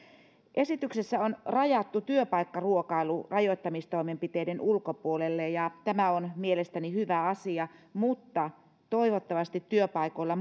esityksessä on rajattu työpaikkaruokailu rajoittamistoimenpiteiden ulkopuolelle ja tämä on mielestäni hyvä asia mutta toivottavasti työpaikoilla